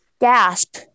gasp